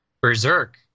Berserk